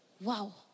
Wow